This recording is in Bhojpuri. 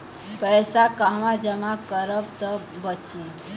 पैसा कहवा जमा करब त बची?